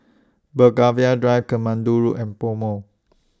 Belgravia Drive Katmandu Road and Pomo